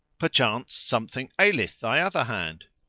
perchance something aileth thy other hand?